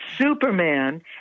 Superman